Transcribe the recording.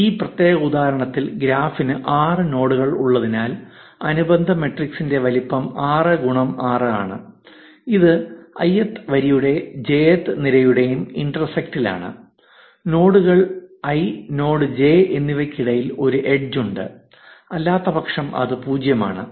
ഈ പ്രത്യേക ഉദാഹരണത്തിൽ ഗ്രാഫിന് 6 നോഡുകൾ ഉള്ളതിനാൽ അനുബന്ധ മാട്രിക്സിന്റെ വലിപ്പം 6 x 6 ആണ് ഇത് ഐ വരിയുടെയും ജെ നിരയുടെയും ഇന്റർസെക്റ്റ്ലാണ് നോഡുകൾ i നോഡ് j എന്നിവയ്ക്കിടയിൽ ഒരു എഡ്ജ് ഉണ്ട് അല്ലാത്തപക്ഷം അത് 0 ആണ്